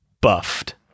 buffed